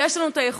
יש לנו יכולת,